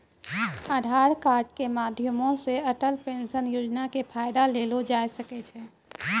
आधार कार्ड के माध्यमो से अटल पेंशन योजना के फायदा लेलो जाय सकै छै